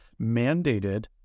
mandated